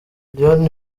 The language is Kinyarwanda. lion